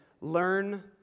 learn